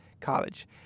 college